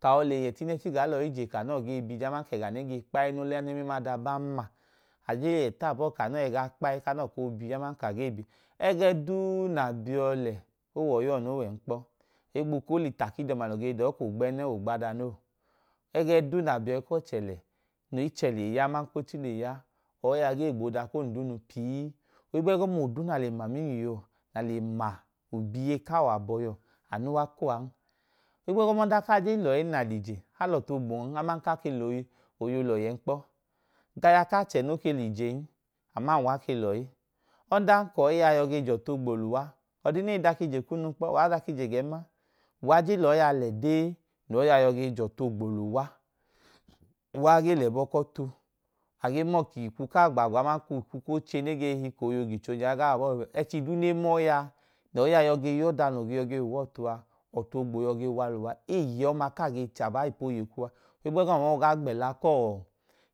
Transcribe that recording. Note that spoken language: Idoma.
Ta ọle yẹ t’inẹchi gaa lọyi je ka nọọ ge bije aman ke ga ne ge kpaino lene-mla da banna, aje leyẹ t’abọọ kanọọ gaa kpai kanọ koo bi aman ka ge bi ẹgẹ duu na biọ lẹ owọyiọ nowẹyan kpọ ohigbu ko l’ita k’idọma no ge dọọ kọ gbene o w’ogada no. Ẹgẹduu na biyọi kọọche lẹ n’ichẹ le ya aman k’ochi leya, ọyi a gee gboo akondunu pii ohugbegoma oduu na le nna nẹml’iiyọ na le ma obiye kawo abọiyọ anu w’akuọan. Higbegoma adan ka j loyi enna l’ije, al’ọtu ogbon ama ka ke loyei olọhi ẹẹ nkpọ. Anya kache noke lijen aman uwa ke loyi, odan koyi ya yoge jotu-gbo luwa ọdinei dakije kunu kpọ uwa i dak’ije genma, u wa je loyi a lede n’ọyi yayọ ge jọtu ogbɔ’uwa, uwaa gee lẹbo, kọtu age more k’ikwi ka agbaagbo amanupu kooche nege hi k’oyiegicho nya iga abon. Ẹchi du ne moyi a noyi a yọ ge yọda no yọge hua ọtu a, ọtu ogbo ge yọ ge walua, eeye ọma kaa ge chaba ipo yei kuwa, hiebegọma oga gbẹla kọọ